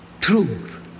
truth